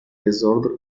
désordre